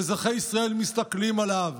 שאזרחי ישראל מסתכלים עליו,